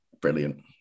brilliant